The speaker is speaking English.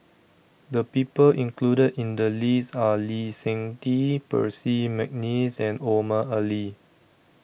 The People included in The list Are Lee Seng Tee Percy Mcneice and Omar Ali